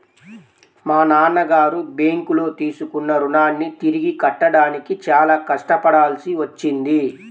మా నాన్నగారు బ్యేంకులో తీసుకున్న రుణాన్ని తిరిగి కట్టడానికి చాలా కష్టపడాల్సి వచ్చింది